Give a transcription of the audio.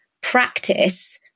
practice